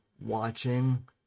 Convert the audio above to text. watching